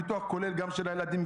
הביטוח כולל גם את הילדים,